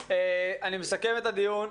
מסכם את הדיון,